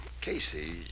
Casey